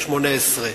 השמונה-עשרה.